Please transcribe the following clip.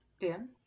dan